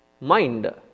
mind